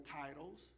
titles